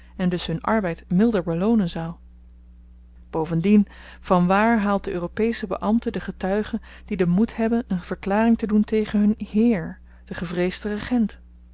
en dus hun arbeid milder beloonen zou bovendien vanwaar haalt de europesche beambte de getuigen die den moed hebben een verklaring te doen tegen hun heer den gevreesden regent